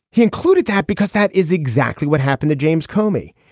he included that because that is exactly what happened to james comey.